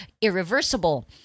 irreversible